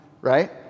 right